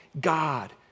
God